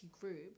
group